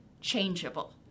changeable